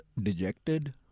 dejected